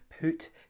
put